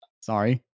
sorry